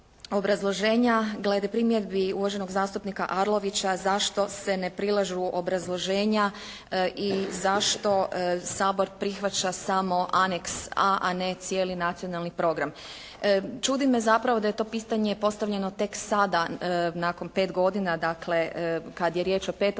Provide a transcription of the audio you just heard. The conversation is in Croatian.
glede primjedbi uvaženog zastupnika Arlovića, zašto se ne prilažu obrazloženja i zašto Sabor prihvaća samo anex A, a ne cijeli Nacionalni program? Čudi me zapravo da je to pitanje postavljeno tek sada nakon pet godina dakle, kad je riječ o 5.